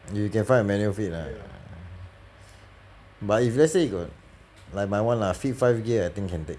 you can find a manual fit ah but if let's say you got like my [one] lah fit five gear I think can take